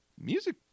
music